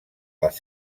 les